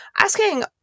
asking